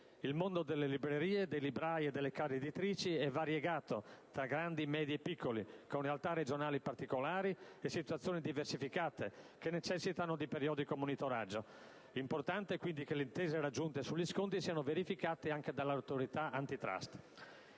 il mondo delle librerie, dei librai e delle case editrici è variegato, tra grandi, medie e piccole, con realtà regionali particolari e situazioni diversificate, che necessitano di periodico monitoraggio. L'importante quindi è che le intese raggiunte sugli sconti siano verificate anche dall'autorità *Antitrust*.